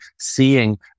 seeing